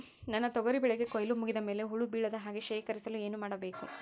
ನನ್ನ ತೊಗರಿ ಬೆಳೆಗೆ ಕೊಯ್ಲು ಮುಗಿದ ಮೇಲೆ ಹುಳು ಬೇಳದ ಹಾಗೆ ಶೇಖರಿಸಲು ಏನು ಮಾಡಬೇಕು?